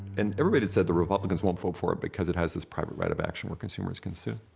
and everybody had said the republicans won't vote for it because it has this private right of action, where consumers can sue.